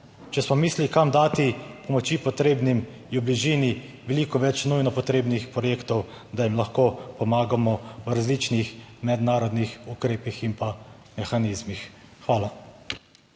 če smo mislili, kam dati pomoči potrebnim, je v bližini veliko več nujno potrebnih projektov, da jim lahko pomagamo v različnih mednarodnih ukrepih in mehanizmih. Hvala.